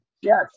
Yes